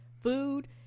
food